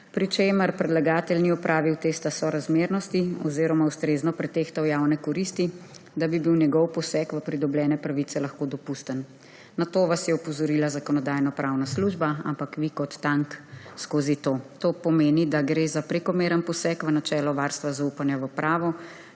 pri čemer predlagatelj ni opravil testa sorazmernosti oziroma ustrezno pretehtal javne koristi, da bi bil njegov poseg v pridobljene pravice lahko dopusten. Na to vas je opozorila Zakonodajno-pravna služba, ampak vi kot tank skozi to. To pomeni, da gre za prekomerni poseg v načelo varstva zaupanja v pravo,